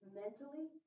mentally